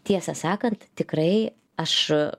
tiesą sakant tikrai aš